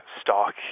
stock